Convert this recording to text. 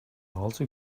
also